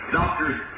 doctor's